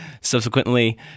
subsequently